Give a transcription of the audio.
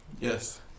Yes